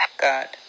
God